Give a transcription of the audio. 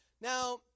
Now